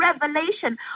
revelation